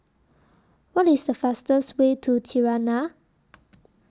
What IS The fastest Way to Tirana